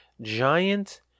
giant